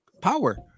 power